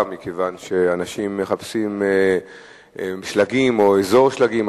מכיוון שאנשים מחפשים שלגים או אזור שלגים,